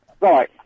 Right